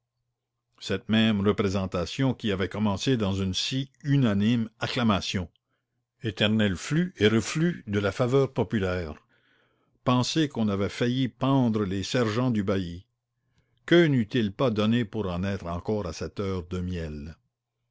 cette même représentation qui avait commencé dans une si unanime acclamation éternel flux et reflux de la faveur populaire penser qu'on avait failli pendre les sergents du bailli que n'eût-il pas donné pour en être encore à cette heure de miel